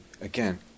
again